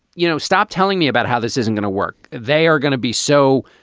you know, stop telling me about how this isn't going to work. they are going to be so